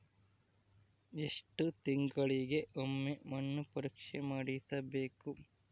ಎಷ್ಟು ತಿಂಗಳಿಗೆ ಒಮ್ಮೆ ಮಣ್ಣು ಪರೇಕ್ಷೆ ಮಾಡಿಸಬೇಕು?